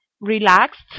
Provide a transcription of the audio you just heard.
relaxed